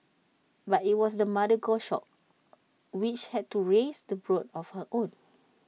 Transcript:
but IT was the mother goshawk which had to raise the brood on her own